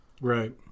Right